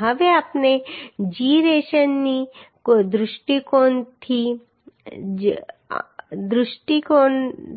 હવે આપણે જીરેશનના દૃષ્ટિકોણની